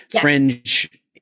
fringe